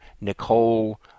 Nicole